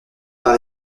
par